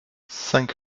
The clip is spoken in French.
cinq